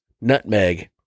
Nutmeg